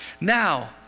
Now